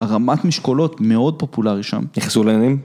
‫הרמת משקולות מאוד פופולרי שם. ‫-נכנסו לעניינים.